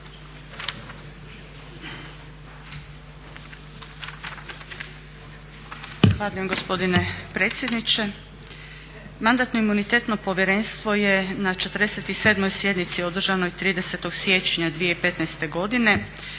Zahvaljujem gospodine predsjedniče. Mandatno-imunitetnog povjerenstvo je na 47.sjednici održanoj 30.siječnja 2015.godine